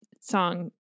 song